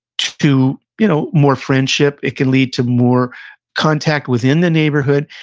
to you know more friendship, it can lead to more contact within the neighborhood,